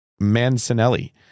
Mancinelli